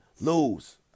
lose